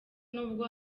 nubwo